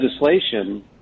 legislation